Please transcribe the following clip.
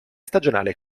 stagionale